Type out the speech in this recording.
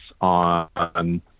on